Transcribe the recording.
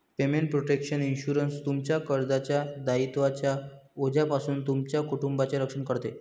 payment protection insurance, तुमच्या कर्जाच्या दायित्वांच्या ओझ्यापासून तुमच्या कुटुंबाचे रक्षण करते